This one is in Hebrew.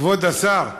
כבוד השר,